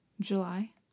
July